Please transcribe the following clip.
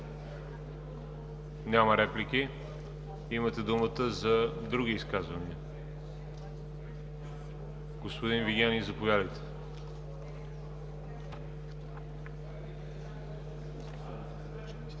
Няма реплики. Имате думата за други изказвания. Господин Вигенин, заповядайте. КРИСТИАН